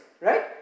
right